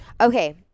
Okay